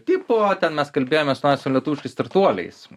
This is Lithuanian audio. tipo ten mes kalbėjomės su lietuviškais startuoliais